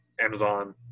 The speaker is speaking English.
Amazon